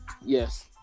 Yes